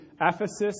Ephesus